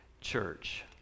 church